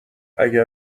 اگر